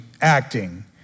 acting